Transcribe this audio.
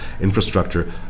infrastructure